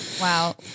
Wow